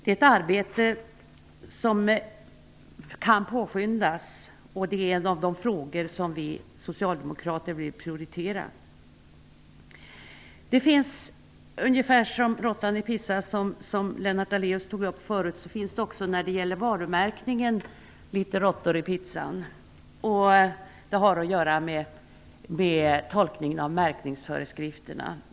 Detta arbete kan påskyndas, och det är en av de frågor som vi socialdemokrater vill prioritera. Lennart Daléus nämnde uttrycket råttan i pizzan. När det gäller varumärkningen finns det också litet av råttan i pizzan. Det har att göra med tolkningen av märkningsföreskrifterna.